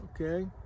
okay